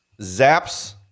Zaps